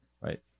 right